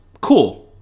cool